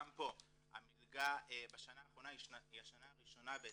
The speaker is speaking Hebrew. גם פה המלגה בשנה האחרונה היא השנה הראשונה בעצם,